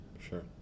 Sure